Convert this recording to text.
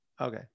Okay